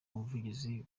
umuvugizi